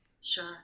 Sure